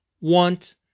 want